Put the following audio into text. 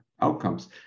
outcomes